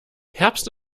herbst